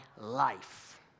life